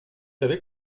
savez